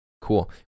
cool